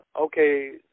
Okay